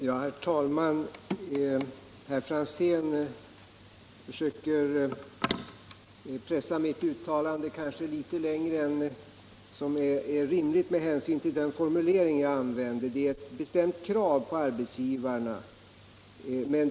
Herr talman! Herr Franzén försöker pressa mitt uttalande litet längre än vad som är rimligt med hänsyn till min formulering att ett bestämt krav bör kunna riktas mot arbetsgivarna i detta sammanhang.